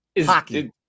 Hockey